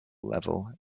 level